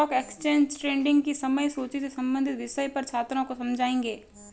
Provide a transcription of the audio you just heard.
शिक्षक stock exchange trading की समय सूची से संबंधित विषय पर छात्रों को समझाएँगे